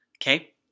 Okay